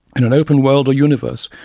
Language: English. in an open world or universe,